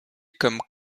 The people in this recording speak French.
comme